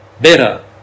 Better